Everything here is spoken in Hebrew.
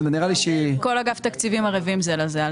כל אגף התקציבים ערבים זה לזה.